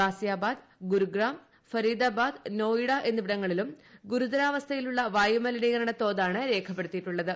ഗാസിയാബാദ് ഗുരുഗ്രാം ഫരീദാബാദ് നോയിഡ എന്നിവിടങ്ങളിലും ഗുരുതരാവസ്ഥയിലുള്ള വായുമലിനീകരണ തോതാണ് രേഖപ്പെടുത്തിയിട്ടുള്ളത്